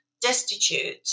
destitute